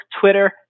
Twitter